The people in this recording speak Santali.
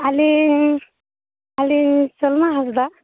ᱟᱹᱞᱤᱧ ᱟᱹᱞᱤᱧ ᱥᱚᱞᱢᱟ ᱦᱟᱸᱥᱫᱟ